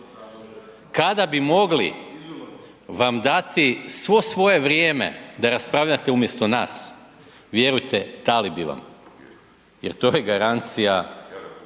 Kada bi mogli vam dati svo svoje vrijeme da raspravljate umjesto nas, vjerujte dali bi vam jer to je garancija